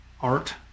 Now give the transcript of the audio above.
art